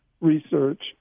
research